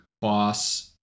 boss